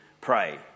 pray